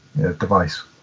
device